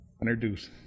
Introduce